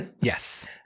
Yes